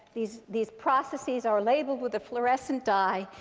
these these processes are labeled with a fluorescent dye.